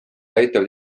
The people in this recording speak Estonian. aitavad